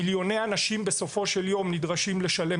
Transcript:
בסופו של יום מיליוני אנשים נדרשים לשלם